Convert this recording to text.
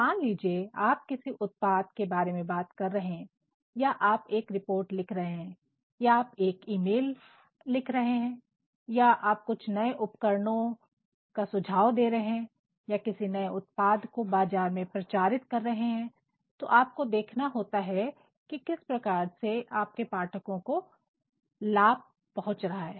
मान लीजिए आप किसी उत्पाद के बारे में बात कर रहे हैं या आप एक रिपोर्ट लिख रहे हैं या आप एक ईमेल लिख रख रहे हैं या आप कुछ नए उपकरणों का सुझाव दे रहे हैं या किसी नए उत्पाद को बाजार में प्रचारित कर रहे हैं तो आपको देखना होता है कि वह किस प्रकार से आपके पाठकों को लाभ पहुंचा रहा है